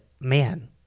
man